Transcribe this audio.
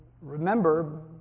remember